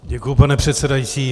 Děkuji, pane předsedající.